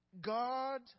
God